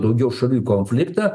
daugiau šalių į konfliktą